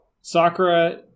Sakura